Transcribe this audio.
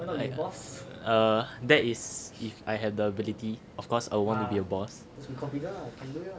err that is if I have the ability of course I would want to be a boss